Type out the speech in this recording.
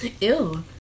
Ew